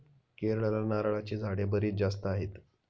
केरळला नारळाची झाडे बरीच जास्त आहेत